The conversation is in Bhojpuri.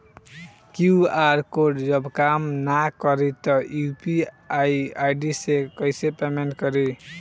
क्यू.आर कोड जब काम ना करी त यू.पी.आई आई.डी से कइसे पेमेंट कर पाएम?